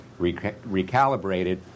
recalibrated